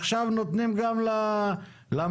עכשיו נותנים גם למציעים,